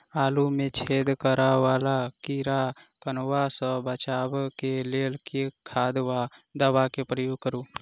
आलु मे छेद करा वला कीड़ा कन्वा सँ बचाब केँ लेल केँ खाद वा दवा केँ प्रयोग करू?